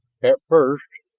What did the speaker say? at first,